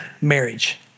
marriage